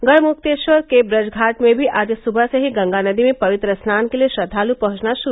गढ़मुक्तेश्वर के ब्रजघाट में भी आज सुबह से ही गंगा नदी में पवित्र स्नान के लिए श्रद्वालु पहुंचना शुरू हो गए